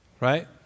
right